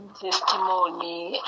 testimony